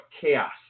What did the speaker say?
chaos